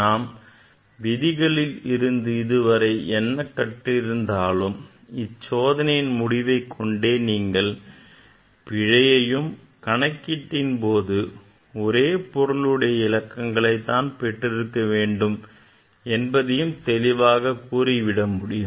நாம் விதிகளில் இருந்து இதுவரை என்ன கற்றிருந்தாலும் இந்த சோதனையின் முடிவை கொண்டே நீங்கள் பிழையும் கணக்கீட்டின் முடிவும் ஒரே பொருளுடைய இலக்கங்களை தான் பெற்றிருக்க வேண்டும் என்று தெளிவாக கூறிவிட முடியும்